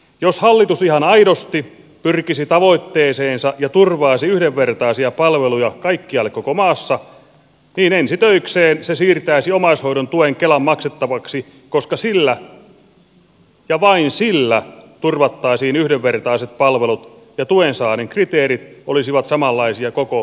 jos hallitus ihan aidosti pyrkisi tavoitteeseensa ja turvaisi yhdenvertaisia palveluja kaikkialle koko maassa niin ensi töikseen se siirtäisi omaishoidon tuen kelan maksettavaksi koska sillä ja vain sillä turvattaisiin yhdenvertaiset palvelut ja tuen saannin kriteerit olisivat samanlaisia koko valtakunnan alueella